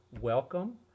welcome